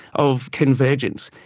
of convergence.